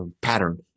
pattern